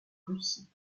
russie